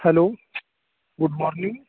hello good morning